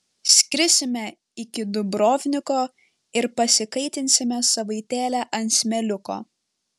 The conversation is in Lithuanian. skrisime iki dubrovniko ir pasikaitinsime savaitėlę ant smėliuko